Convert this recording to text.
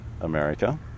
America